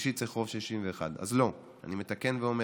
השלישית צריך רוב של 61, אז לא, אני מתקן ואומר,